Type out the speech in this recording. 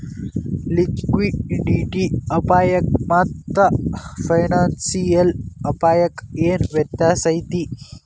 Liquidity ಅಪಾಯಕ್ಕಾಮಾತ್ತ financial ಅಪ್ಪಾಯಕ್ಕ ಏನ್ ವ್ಯತ್ಯಾಸೈತಿ?